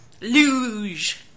Luge